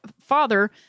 father